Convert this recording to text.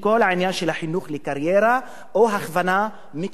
של החינוך לקריירה או הכוונה מקצועית.